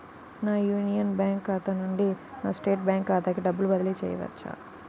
నా Union Bank ఖాతా నుండి నా స్టేట్ బ్యాంకు ఖాతాకి డబ్బు బదిలి చేయవచ్చా?